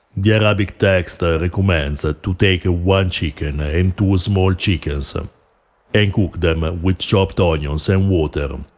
the arabic text recommends ah to take one chicken and um two ah small chickens so and cook them ah with chopped ah onions and water, um